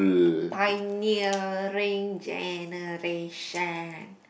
pioneering generation